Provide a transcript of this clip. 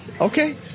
Okay